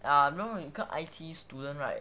ah remember 有一个 I_T_E student right